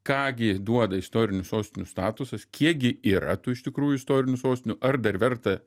ką gi duoda istorinių sostinių statusas kiek gi yra tų iš tikrųjų istorinių sostinių ar dar verta